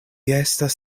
estas